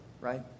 right